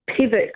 pivot